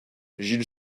gill